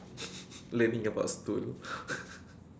learning about stool